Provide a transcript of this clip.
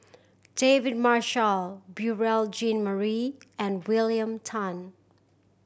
David Marshall Beurel Jean Marie and William Tan